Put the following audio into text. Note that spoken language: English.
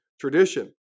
tradition